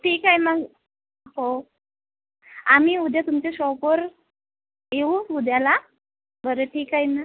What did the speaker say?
ठीक आहे मग हो आम्ही उद्या तुमच्या शॉपवर येऊ उद्याला बरं ठीक आहे ना